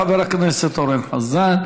תודה לחבר הכנסת אורן חזן.